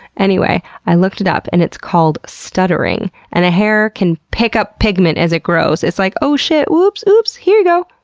anyway, i looked that up and it's called stuttering. and a hair can pick up pigment as it grows. it's like, oh shit! whoops! oops, here you go!